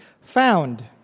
found